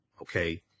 Okay